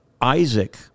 Isaac